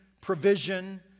provision